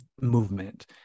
movement